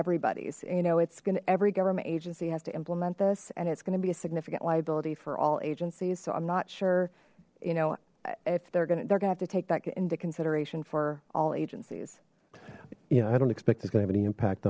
everybody's you know it's gonna every government agency has to implement this and it's going to be a significant liability for all agencies so i'm not sure you know if they're gonna they're gonna have to take that into consideration for all agencies you know i don't expect it's gonna have any impact